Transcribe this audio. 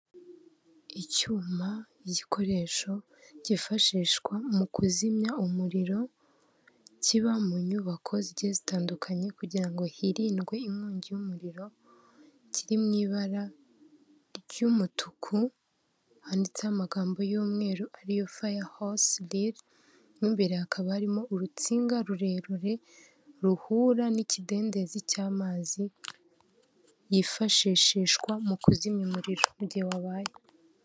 Icyuma/igikoresho cyifashishwa mu kuzimya umuriro kiba mu nyubako zigiye zitandukanye kugira ngo hirindwe inkongi y'umuriro; kiri mu ibara ry'umutuku handitseho amagambo y'umweru ariyo faya hosi rili; mo mbere hakaba harimo urutsinga rurerure ruhura n'ikidendezi cy'amazi yifashishishwa mu kuzimya umuriro mugihe wabaye.